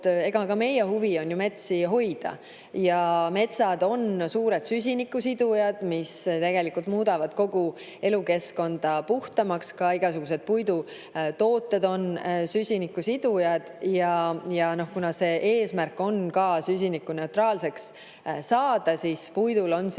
on ka meie huvi ju metsi hoida. Metsad on suured süsinikusidujad ja tegelikult muudavad kogu elukeskkonda puhtamaks. Ka igasugused puidutooted on süsinikusidujad. Ja kuna eesmärk on ka süsinikuneutraalseks saada, siis puidul on väga